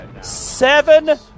seven